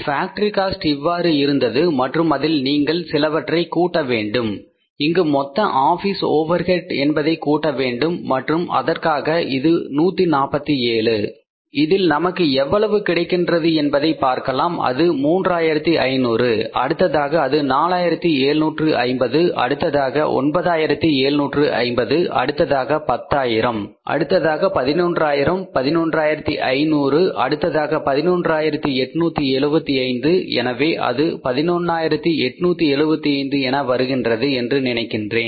factory cost இவ்வாறு இருந்தது மற்றும் அதில் நீங்கள் சிலவற்றை கூட்ட வேண்டும் இங்கு மொத்த ஆபீஸ் ஓவர் ஹெட் என்பதை கூட்ட வேண்டும் மற்றும் அதற்காக இது 147 இதில் நமக்கு எவ்வளவு கிடைக்கின்றது என்பதை பார்க்கலாம் அது 3500 அடுத்ததாக அது 4750 அடுத்ததாக 9750 அடுத்ததாக பத்தாயிரம் 11000 11500 அடுத்ததாக 11 ஆயிரத்து 875 எனவே அது 11 ஆயிரத்து 875 என வருகின்றது என்று நினைக்கின்றேன்